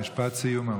משפט סיום ממש.